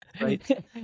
Right